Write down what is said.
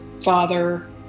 father